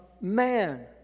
man